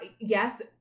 Yes